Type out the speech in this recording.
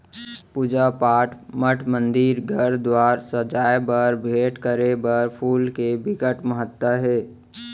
पूजा पाठ, मठ मंदिर, घर दुवार सजाए बर, भेंट करे बर फूल के बिकट महत्ता हे